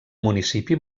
municipi